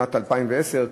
בשנת 2010,